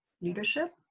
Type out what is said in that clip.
leadership